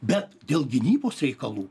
bet dėl gynybos reikalų